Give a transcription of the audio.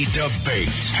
debate